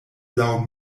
laŭ